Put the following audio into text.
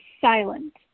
silent